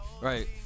Right